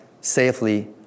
safely